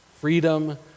Freedom